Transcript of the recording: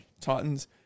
Titans